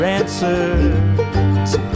answers